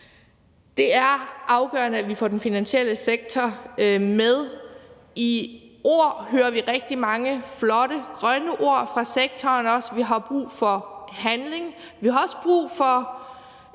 Det er afgørende, at vi får den finansielle sektor med. Vi hører rigtig mange flotte grønne ord fra sektoren. Vi har brug for handling. Vi har også brug for,